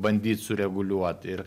bandyt sureguliuot ir